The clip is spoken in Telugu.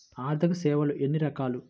ఆర్థిక సేవలు ఎన్ని రకాలు?